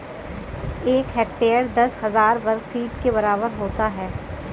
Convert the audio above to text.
एक हेक्टेयर दस हजार वर्ग मीटर के बराबर होता है